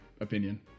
opinion